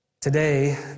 Today